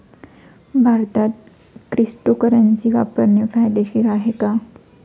भारतात क्रिप्टोकरन्सी वापरणे कायदेशीर आहे का?